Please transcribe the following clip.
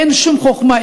אין שום חוכמה,